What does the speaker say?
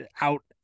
out